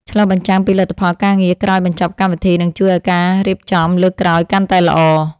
ឆ្លុះបញ្ចាំងពីលទ្ធផលការងារក្រោយបញ្ចប់កម្មវិធីនឹងជួយឱ្យការរៀបចំលើកក្រោយកាន់តែល្អ។